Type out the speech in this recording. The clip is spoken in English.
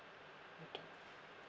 will do